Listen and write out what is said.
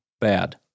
bad